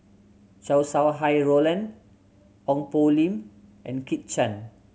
Chow Sau Hai Roland Ong Poh Lim and Kit Chan